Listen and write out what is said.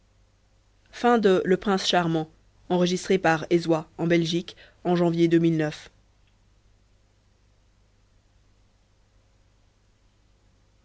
le prince charmant